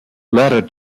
letter